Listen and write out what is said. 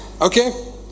Okay